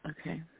Okay